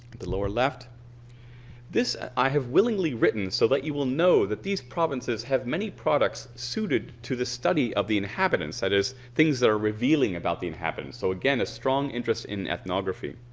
the lower left this i have willingly written so that you will know that these provinces have many products suited to the study of the inhabitants that is things that are revealing about the inhabitants. so, again, a strong interest in ethnography.